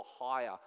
higher